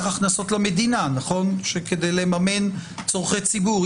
הכנסות למדינה כדי לממן צורכי ציבור.